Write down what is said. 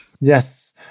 Yes